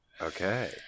Okay